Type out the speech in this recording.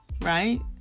right